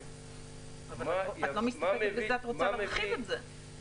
עולה על 2 מטרים בשעה שמוציאים אותו מהחצרים.